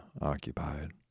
occupied